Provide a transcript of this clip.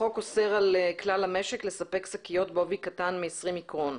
החוק אוסר על כלל המשק לספק שקיות בעובי קטן מ-20 מיקרון.